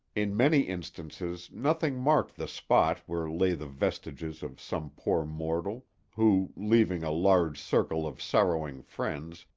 in many instances nothing marked the spot where lay the vestiges of some poor mortal who, leaving a large circle of sorrowing friends,